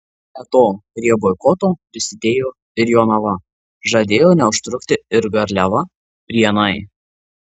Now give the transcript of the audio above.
be to prie boikoto prisidėjo ir jonava žadėjo neužtrukti ir garliava prienai